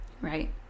right